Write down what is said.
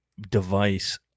device